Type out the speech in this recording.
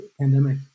pandemic